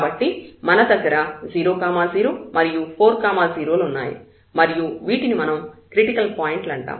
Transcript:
కాబట్టి మన దగ్గర 0 0 మరియు 4 0 లు ఉన్నాయి మరియు వీటిని మనం క్రిటికల్ పాయింట్లు అంటాము